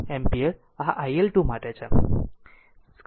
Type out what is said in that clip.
ampere આ iL2 માટે છે